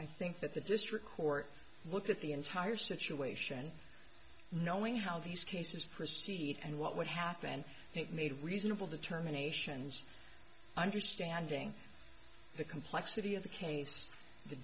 i think that the district court looked at the entire situation knowing how these cases proceed and what happened it made reasonable determinations understanding the complexity of the case the